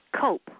cope